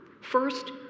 First